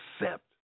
accept